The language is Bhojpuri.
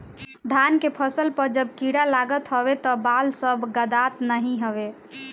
धान के फसल पअ जब कीड़ा लागत हवे तअ बाल सब गदात नाइ हवे